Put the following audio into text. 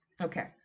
okay